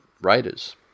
Raiders